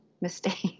mistake